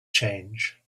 change